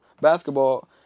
basketball